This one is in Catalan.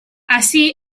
ací